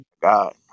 God